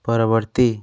ପରବର୍ତ୍ତୀ